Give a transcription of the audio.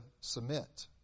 submit